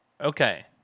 Okay